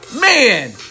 Man